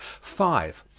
five.